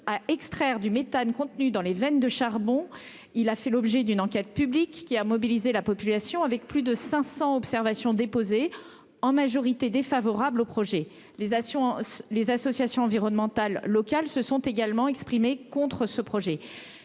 à extraire du méthane contenu dans les veines de charbon. Il a fait l'objet d'une enquête publique qui a mobilisé la population avec plus de 500 observation. En majorité défavorables au projet, les assurances, les associations environnementales locales se sont également exprimés contre ce projet,